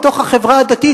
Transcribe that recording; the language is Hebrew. מתוך החברה הדתית,